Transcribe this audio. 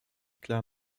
klar